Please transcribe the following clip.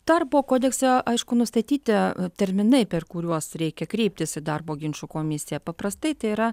darbo kodekse aišku nustatyti terminai per kuriuos reikia kreiptis į darbo ginčų komisiją paprastai tai yra